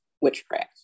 witchcraft